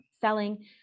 selling